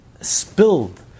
spilled